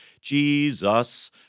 Jesus